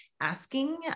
asking